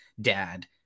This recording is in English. dad